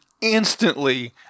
instantly